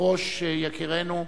ברוש יקירנו.